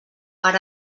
per